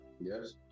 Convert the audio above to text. yes